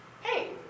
hey